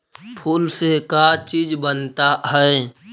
फूल से का चीज बनता है?